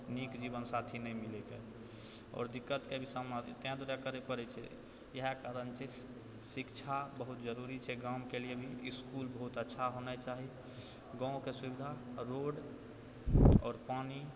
नीक जीवन साथी नहि मिलैके आओर दिक्कतके भी सामना तैं दुआरे करै पड़ै छै इएह कारण छै शिक्षा बहुत जरुरी छै गाँवके लिअ भी इसकुल बहुत अच्छा होना चाही गाँवके सुविधा रोड आओर पानि